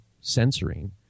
censoring